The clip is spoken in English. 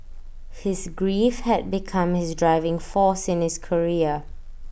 his grief had become his driving force in his career